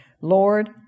Lord